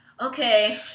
okay